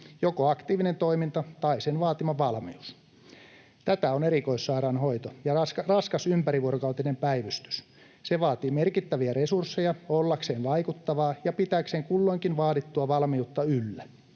joko aktiivinen toiminta tai sen vaatima valmius. Tätä on erikoissairaanhoito ja raskas ympärivuorokautinen päivystys. Se vaatii merkittäviä resursseja ollakseen vaikuttavaa ja pitääkseen kulloinkin vaadittua valmiutta yllä.